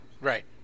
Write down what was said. Right